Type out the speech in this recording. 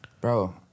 Bro